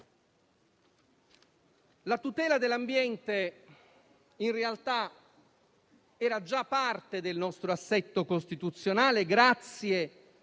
La tutela dell'ambiente, in realtà, era già parte del nostro assetto costituzionale, grazie